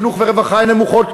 חינוך ורווחה הן נמוכות,